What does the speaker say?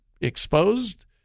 exposed